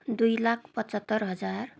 दुई लाख पचहत्तर हजार